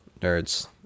Nerds